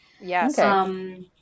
yes